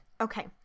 Okay